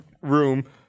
room